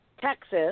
Texas